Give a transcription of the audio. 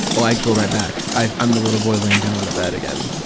oh, i go right back. i'm i'm the little boy laying down on a bed again.